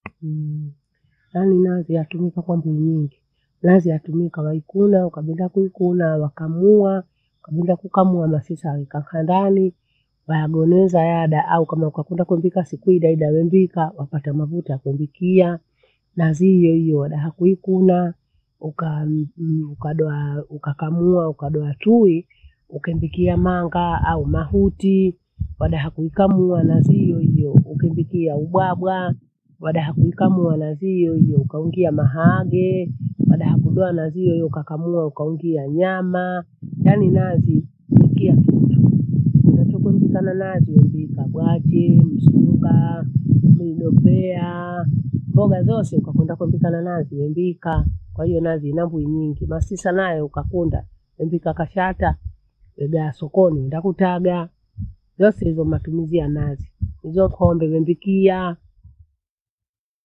aani nazi yatumika kwa mbio nyingi. Nazi yatumika waikuna ukagunda kuikuna wakamua, ukagunda kukamua masisa nkakha ndani, wayagonoza yada au kama ukakunda kwembika siku idaida wembika wapata mafuta yakubikia. Nazi hiyohiyo daha kuikuna ukaa m- m- ukadoa, ukakamua ukadoa tui ukembikia mamnga au mahuti. Bahada ya kuhikamua nazi hiyohiyo ukimbikia ubwabwa. Wadaha kuikamua nazi hiyohiyo ukaungia mahaage. Baada ya kununua nazi hiyo hiyo ukakamua ukaungia nyama, yaani nazi nikia tutu unachurukuta na nazi wembika bwache, msunga, midopea, mbogha zose ukakwenda kwembika na nazi wembikaa. Kwahiyo nazi inavinywingi, masisa nayo ukakunda embika kashata, eda yasokoni ndakutaga. Yose hizo ni matumizi ya nazi, hizo khombe nembikia.